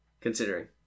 considering